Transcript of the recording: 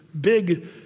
big